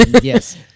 yes